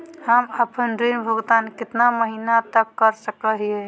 हम आपन ऋण भुगतान कितना महीना तक कर सक ही?